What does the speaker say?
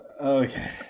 Okay